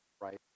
right